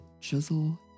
chisel